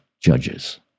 judges